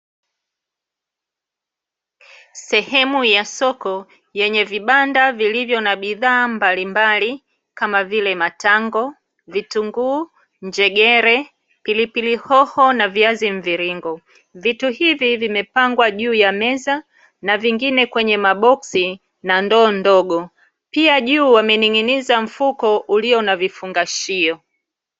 Sehemu ya soko yenye vibanda vilivyo na bidhaa mbalimbali kama vile matango, vitunguu, njegere, pilipili hoho na viazi mviringo, vitu hivi vimepangwa juu ya meza na vingine kwenye maboksi na ndoo ndogo, pia juu wamening'iniza mfuko ulio na vifungashio.